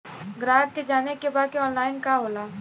ग्राहक के जाने के बा की ऑनलाइन का होला?